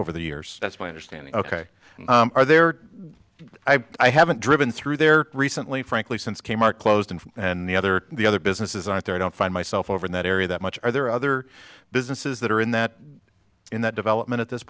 over the years that's my understanding ok are there i haven't driven through there recently frankly since k mart closed and and the other the other businesses aren't there i don't find myself over in that area that much are there other businesses that are in that in that development at this